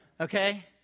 okay